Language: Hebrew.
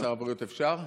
סגן שר הבריאות, אפשר?